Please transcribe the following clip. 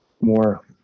more